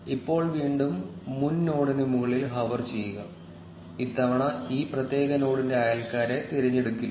ഇപ്പോൾ വീണ്ടും മുൻ നോഡിന് മുകളിൽ ഹോവർ ചെയ്യുക ഇത്തവണ ഈ പ്രത്യേക നോഡിന്റെ അയൽക്കാരെ തിരഞ്ഞെടുക്കില്ല